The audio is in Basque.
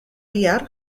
bihar